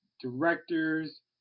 directors